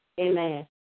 Amen